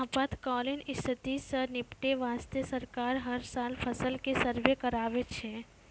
आपातकालीन स्थिति सॅ निपटै वास्तॅ सरकार हर साल फसल के सर्वें कराबै छै